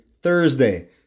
Thursday